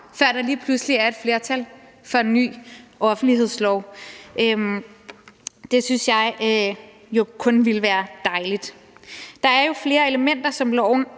før der lige pludselig er et flertal for en ny offentlighedslov. Det synes jeg jo kun ville være dejligt. Der er jo flere elementer, som loven